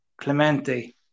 Clemente